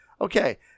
Okay